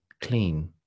clean